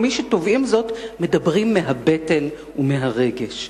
מי שתובעים זאת מדברים מהבטן ומהרגש.